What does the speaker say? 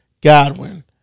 Godwin